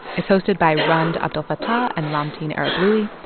it's hosted by rund abdelfatah and ramtin arablouei.